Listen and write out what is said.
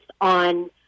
on